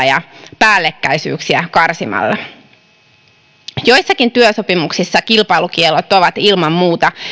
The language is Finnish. ja päällekkäisyyksiä joissakin työsopimuksissa kilpailukiellot ovat ilman muuta